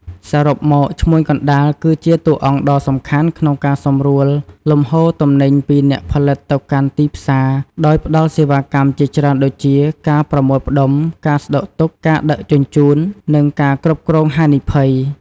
សរុបមក ឈ្មួញកណ្តាលគឺជាតួអង្គដ៏សំខាន់ក្នុងការសម្រួលលំហូរទំនិញពីអ្នកផលិតទៅកាន់ទីផ្សារ ដោយផ្តល់សេវាកម្មជាច្រើនដូចជា ការប្រមូលផ្ដុំ ការស្តុកទុក ការដឹកជញ្ជូន និងការគ្រប់គ្រងហានិភ័យ។